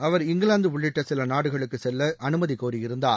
அவர் England உள்ளிட்ட சில நாடுகளுக்கு செல்ல அலுமதி கோரியிருந்தார்